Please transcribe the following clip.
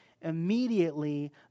immediately